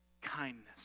Kindness